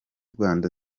rwanda